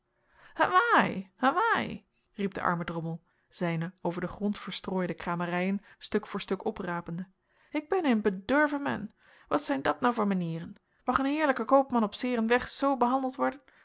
hawaai riep de arme drommel zijne over den grond verstrooide kramerijen stuk voor stuk oprapende hik ben heen bedurven man wat zhijn dat nou voor menieren mag een heerlijke khoopman op s eeren straten zoo be'andeld worden